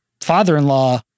father-in-law